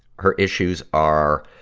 her issues are,